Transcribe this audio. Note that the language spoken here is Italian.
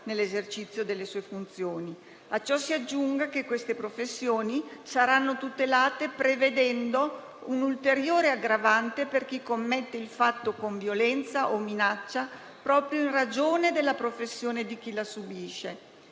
nell'esercizio delle proprie funzioni. A ciò si aggiunga che queste professioni saranno tutelate, prevedendo un'ulteriore aggravante per chi commette il fatto con violenza o minaccia, proprio in ragione della professione di chi la subisce.